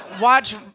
Watch